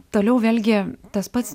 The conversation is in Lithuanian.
toliau vėlgi tas pats